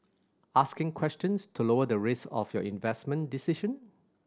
asking questions to lower the risk of your investment decision